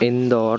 Indore